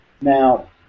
Now